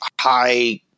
high